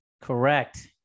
Correct